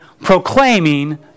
proclaiming